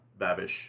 Babish